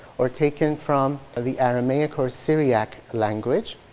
or taken from ah the aramaic or syriac language.